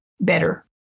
better